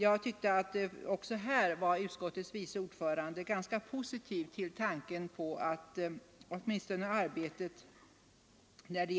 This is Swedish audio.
Jag tyckte utskottets vice ordförande också i det fallet var ganska positiv till tanken på att i varje fall arbetet med